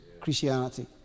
Christianity